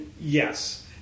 Yes